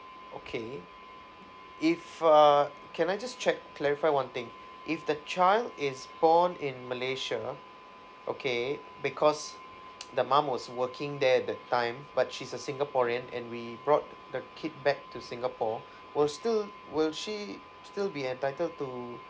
okay if uh can I just check clarify one thing if the child is born in malaysia okay because the mum was working there at the time but she's a singaporean and we brought the kid back to singapore will still will she still be entitled to